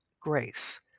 grace